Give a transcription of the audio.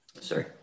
Sorry